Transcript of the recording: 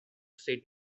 said